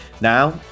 Now